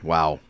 Wow